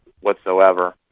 whatsoever